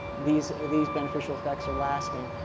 these these beneficial effects are lasting.